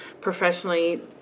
professionally